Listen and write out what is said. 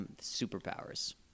superpowers